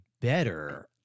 better